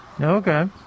Okay